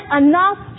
enough